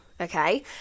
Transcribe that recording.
okay